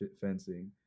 fencing